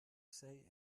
say